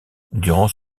durant